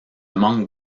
manque